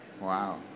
Wow